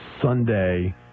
sunday